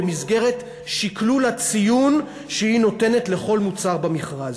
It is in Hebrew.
במסגרת שקלול הציון שהיא נותנת לכל מוצר במכרז.